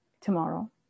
tomorrow